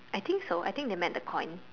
I think so I think they meant the coin